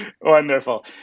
Wonderful